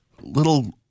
Little